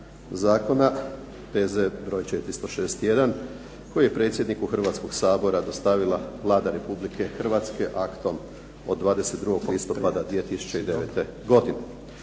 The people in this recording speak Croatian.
Zakona, P.Z. broj 461 koji je predsjedniku Hrvatskoga sabora dostavila Vlada Republike Hrvatske aktom od 22. listopada 2009. godine.